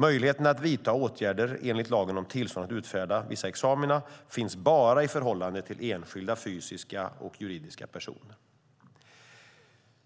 Möjligheten att vidta åtgärder enligt lagen om tillstånd att utfärda vissa examina finns bara i förhållande till enskilda fysiska eller juridiska personer.